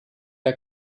der